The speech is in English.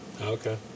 Okay